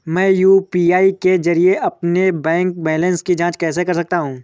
मैं यू.पी.आई के जरिए अपने बैंक बैलेंस की जाँच कैसे कर सकता हूँ?